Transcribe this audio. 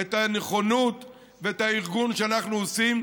את הנכונות ואת הארגון שאנחנו עושים,